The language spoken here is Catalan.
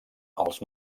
els